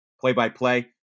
play-by-play